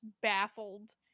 baffled